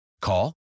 Call